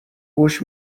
گوش